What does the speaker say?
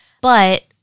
but-